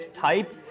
type